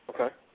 Okay